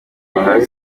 nka